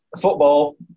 Football